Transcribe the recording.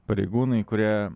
pareigūnai kurie